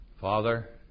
Father